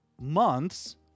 months